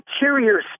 interior